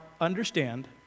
understand